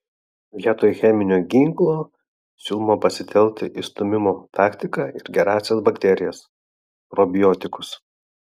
vietoj cheminio ginklo siūloma pasitelkti išstūmimo taktiką ir gerąsias bakterijas probiotikus